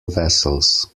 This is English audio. vessels